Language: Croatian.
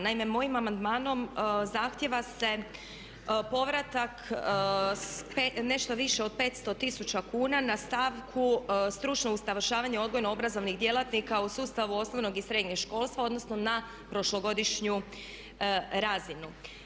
Naime, mojim amandmanom zahtjeva se povratak nešto više od 500 tisuća kuna na stavku stručno usavršavanje odgojno-obrazovnih djelatnika u sustavu osnovnog i srednjeg školstva, odnosno na prošlogodišnju razinu.